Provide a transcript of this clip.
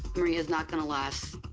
maria's not gonna last.